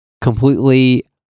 completely